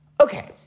Okay